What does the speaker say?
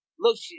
Look